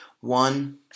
One